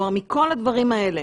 מכל הדברים האלה,